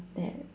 that